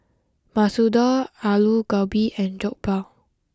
Masoor Dal Alu Gobi and Jokbal